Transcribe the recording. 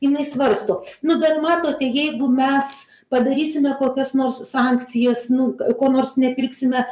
jinai svarsto nu bet matote jeigu mes padarysime kokias nors sankcijas nu ko nors nepirksime